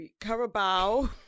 Carabao